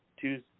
two